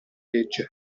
legge